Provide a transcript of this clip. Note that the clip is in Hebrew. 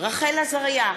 רחל עזריה,